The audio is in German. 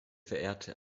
verehrte